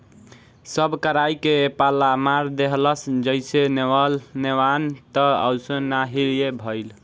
सब कराई के पाला मार देहलस जईसे नेवान त असो ना हीए भईल